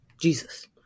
Jesus